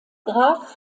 graf